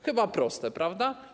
Chyba proste, prawda?